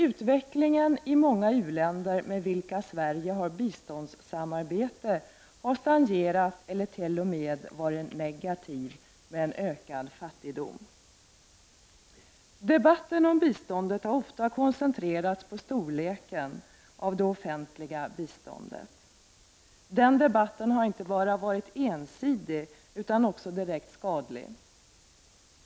Utvecklingen i många u-länder med vilka Sverige har biståndssamarbete har stagnerat eller t.o.m. varit negativ, med ökad fattigdom som följd. Debatten om biståndet har ofta koncentrerats på storleken av det offentliga biståndet. Den debatten har inte bara varit ensidig utan också direkt skadlig.